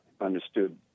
understood